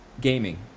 gaming